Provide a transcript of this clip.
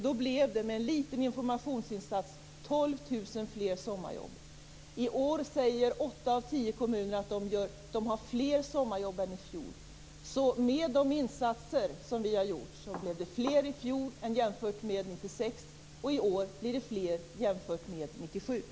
Då blev det med liten informationsinsats 12 000 fler sommarjobb. I år säger åtta av tio kommuner att de har fler sommarjobb än i fjol. Så med de insatser som vi har gjort blev det fler i fjol än 1996, och i år blir det fler jämfört med 1997.